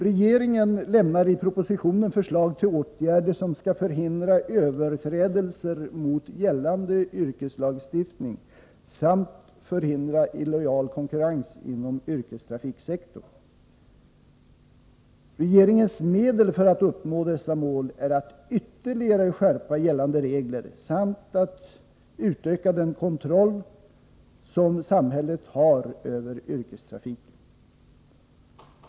Regeringen lämnar i propositionen förslag till åtgärder som skall förhindra överträdelser mot gällande yrkestrafiklag samt förhindra illojal konkurrens inom yrkestrafiksektorn. Regeringens medel för att uppnå dessa mål är att ytterligare skärpa gällande regler samt att utöka den kontroll som samhället har över yrkestrafiken.